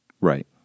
Right